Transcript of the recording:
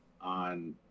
on